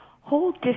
hold